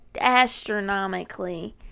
astronomically